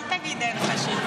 אל תגיד "אין חשיבה".